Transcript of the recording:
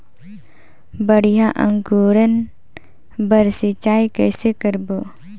बढ़िया अंकुरण बर सिंचाई कइसे करबो?